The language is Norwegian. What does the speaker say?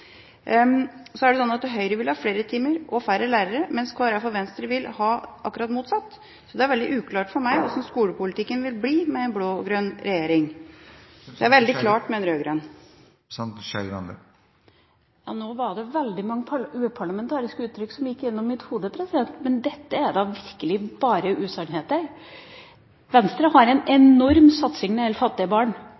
Så er det slik at Høyre vil ha flere timer og færre lærere, mens Kristelig Folkeparti og Venstre vil ha akkurat motsatt. Det er veldig uklart for meg hvordan skolepolitikken vil bli med en blå-grønn regjering. Det er veldig klart med en rød-grønn. Nå var det veldig mange uparlamentariske uttrykk som gikk gjennom mitt hode, men dette er da virkelig bare usannheter. Venstre har en